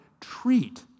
treat